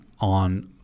on